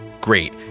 great